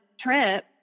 trip